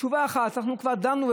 התשובה אחת: אנחנו כבר דנו,